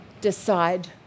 decide